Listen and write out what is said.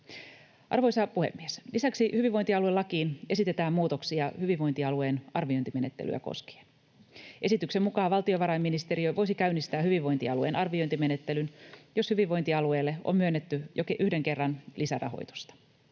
Arvoisa puhemies! Lisäksi hyvinvointialuelakiin esitetään muutoksia hyvinvointialueen arviointimenettelyä koskien. Esityksen mukaan valtiovarainministeriö voisi käynnistää hyvinvointialueen arviointimenettelyn, jos hyvinvointialueelle on myönnetty jo yhden kerran lisärahoitusta.